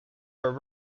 her